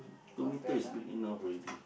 two metres is big enough already